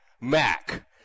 Mac